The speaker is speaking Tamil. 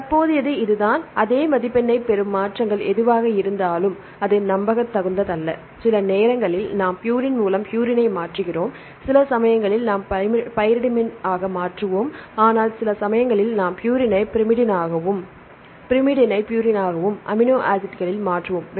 எனவே தற்போதையது இதுதான் அதே மதிப்பெண்ணைப் பெறும் மாற்றங்கள் எதுவாக இருந்தாலும் அது நம்பத்தகுந்ததல்ல சில நேரங்களில் நாம் ப்யூரின் மூலம் ப்யூரைனை மாற்றுகிறோம் சில சமயங்களில் நாம் பைரிமிடைன் ஆக மாற்றுவோம் சில சமயங்களில் நாம் ப்யூரைனை பைரிமிடைனாகவும் பைரிமிடைனை பியூரினாகவும் அமினோ ஆசிட்களில் மாற்றுவோம்